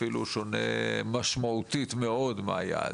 אפילו שונה משמעותית מאוד מהיעד.